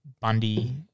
Bundy